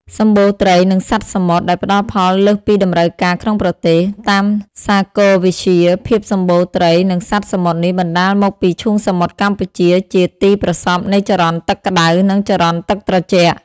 សម្បូរត្រី និងសត្វសមុទ្រ ដែលផ្តល់ផលលើសពីតម្រូវការក្នុងប្រទេស។ តាមសាគរវិទ្យា ភាពសម្បូរត្រី និងសត្វសមុទ្រនេះបណ្តាលមកពីឈូងសមុទ្រកម្ពុជាជា ទីប្រសព្វនៃចរន្តទឹកក្តៅ និងចរន្តទឹកត្រជាក់។